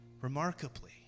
remarkably